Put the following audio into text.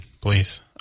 please